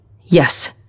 Yes